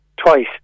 twice